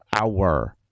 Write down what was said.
hour